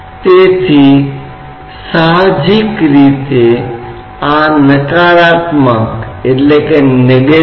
तो हम दो महत्वपूर्ण चीजों की गणना करने के लिए इस सिद्धांत का उपयोग करेंगे